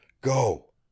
go